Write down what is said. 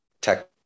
tech